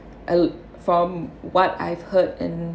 uh from what I've heard and